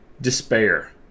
Despair